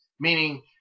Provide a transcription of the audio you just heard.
Meaning